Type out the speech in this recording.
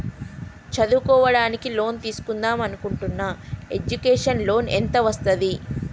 చదువుకోవడానికి లోన్ తీస్కుందాం అనుకుంటున్నా ఎడ్యుకేషన్ లోన్ ఎంత వస్తది?